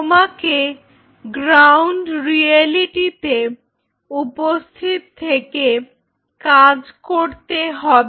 তোমাকে গ্রাউন্ড রিয়েলিটিতে উপস্থিত থেকে কাজ করতে হবে